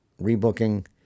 rebooking